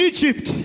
Egypt